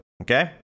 okay